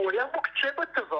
היה מוקצה בצבא.